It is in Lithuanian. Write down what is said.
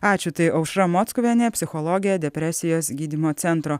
ačiū tai aušra mockuvienė psichologė depresijos gydymo centro